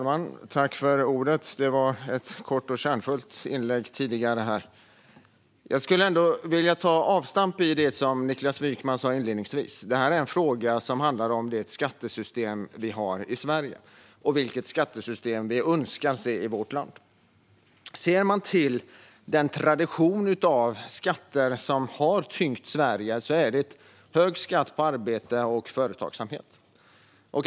Fru talman! Det var ett kort och kärnfullt inlägg här nyss. Jag skulle vilja ta avstamp i det som Niklas Wykman sa inledningsvis. Det här är en fråga som handlar om det skattesystem som vi har i Sverige och vilket skattesystem vi önskar se i vårt land. Enligt den tradition av skatter som har tyngt Sverige är det hög skatt på arbete och företagsamhet.